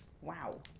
Wow